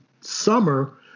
summer